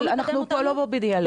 אנחנו פה לא בדיאלוג.